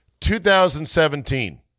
2017